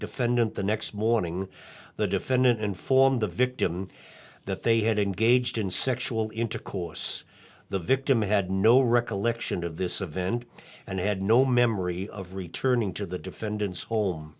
defendant the next morning the defendant informed the victim that they had engaged in sexual intercourse the victim had no recollection of this event and had no memory of returning to the defendant's home